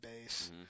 base